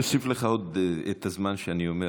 אני אוסיף לך את הזמן שאני מדבר,